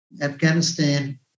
Afghanistan